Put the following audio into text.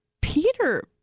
Peter